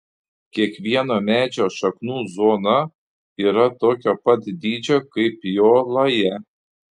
kiekvieno medžio šaknų zona yra tokio pat dydžio kaip jo laja